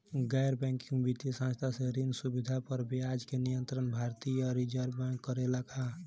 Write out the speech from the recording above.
गैर बैंकिंग वित्तीय संस्था से ऋण सुविधा पर ब्याज के नियंत्रण भारती य रिजर्व बैंक करे ला का?